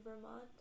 Vermont